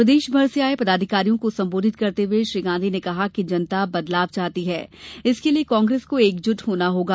प्रदेश भर से आये पदाधिकारियों को संबोधित करते हुए श्री गांधी ने कहा कि जनता बदलाव चाहती है इसके लिए कांग्रेस को एकजुट होना होगा